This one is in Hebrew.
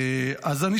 אדוני היושב-ראש,